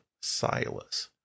Silas